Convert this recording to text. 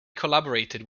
collaborated